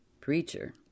Preacher